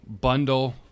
bundle